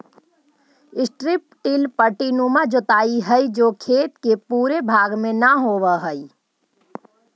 strip till पट्टीनुमा जोताई हई जो खेत के पूरे भाग में न होवऽ हई